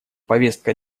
повестка